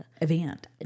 event